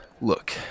Look